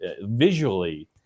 visually